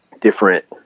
different